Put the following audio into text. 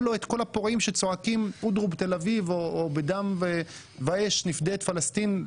כל הפורעים שצועקים 'אודרוב תל אביב' או בדם ואש נפדה את פלסטין,